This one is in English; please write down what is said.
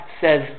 says